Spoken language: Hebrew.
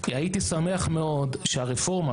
הייתי שמח מאוד שהרפורמה,